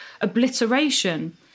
obliteration